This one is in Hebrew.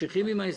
ממשיכים עם ההסכם,